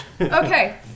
Okay